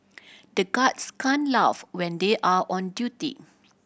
the guards can't laugh when they are on duty